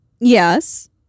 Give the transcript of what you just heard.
Yes